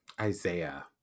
Isaiah